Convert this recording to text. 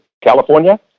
California